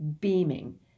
beaming